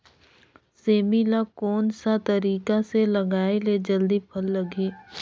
सेमी ला कोन सा तरीका से लगाय ले जल्दी फल लगही?